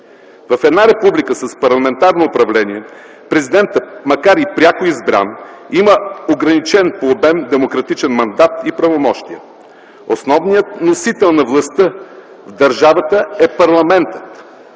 В една Република с парламентарно управление президентът, макар и пряко избран, има ограничен обем демократичен мандат и правомощия. Основният носител на властта в държавата е парламентът